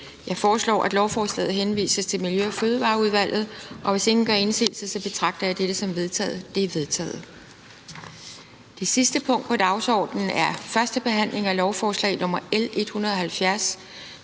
Jeg foreslår, at lovforslaget henvises til Miljø- og Fødevareudvalget. Hvis ingen gør indsigelse, betragter jeg dette som vedtaget. Det er vedtaget. --- Det sidste punkt på dagsordenen er: 5) 1. behandling af lovforslag nr. L 170: